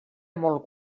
molt